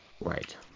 Right